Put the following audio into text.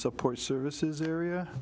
support services area